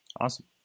awesome